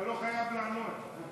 אתה לא חייב לענות.